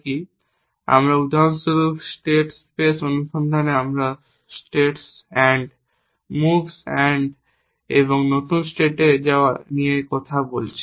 সুতরাং উদাহরণস্বরূপ state space অনুসন্ধানে আমরা স্টেটস এন্ড মুভস এন্ড এবং নতুন স্টেটে যাওয়া ইত্যাদি নিয়ে কথা বলেছি